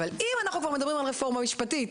אבל אם אנחנו כבר מדברים על רפורמה משפטית